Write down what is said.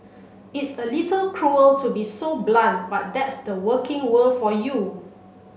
it's a little cruel to be so blunt but that's the working world for you